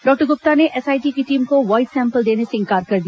doctor Gupta ने SIT की team को वॉइस सैम्पल देने से इंकार कर दिया